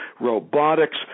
robotics